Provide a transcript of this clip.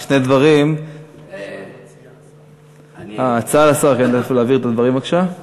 רק שני דברים, השר, לאיפה להעביר את הדברים בבקשה?